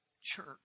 church